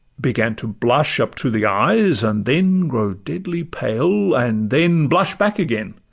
began to blush up to the eyes, and then grow deadly pale, and then blush back again.